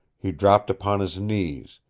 he dropped upon his knees,